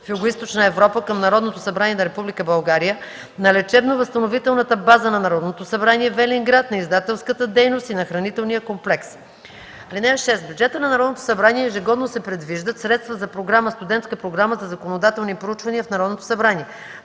в Югоизточна Европа към Народното събрание на Република България, на Лечебно-възстановителната база на Народното събрание – Велинград, на Издателската дейност и на Хранителния комплекс. (6) В бюджета на Народното събрание ежегодно се предвиждат средства за Програма „Студентска програма за законодателни проучвания в Народното събрание”.